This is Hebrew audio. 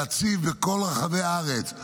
להציב בכל רחבי הארץ,